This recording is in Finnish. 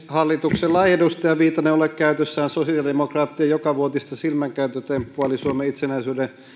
hallituksella edustaja viitanen ei ole käytössään sosiaalidemokraattien jokavuotista silmänkääntötemppua eli suomen itsenäisyyden